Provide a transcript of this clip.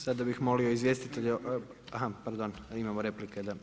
Sada bih molio izvjestitelja, aha pardon imamo replike, da.